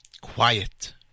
quiet